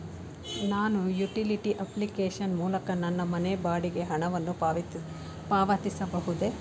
ನಾನು utility application ಮೂಲಕ ನನ್ನ ಮನೆ ಬಾಡಿಗೆ ಹಣವನ್ನು ಪಾವತಿಸಬಹುದೇ?